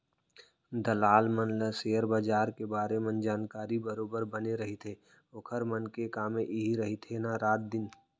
दलाल मन ल सेयर बजार के बारे मन जानकारी बरोबर बने रहिथे ओखर मन के कामे इही रहिथे ना रात दिन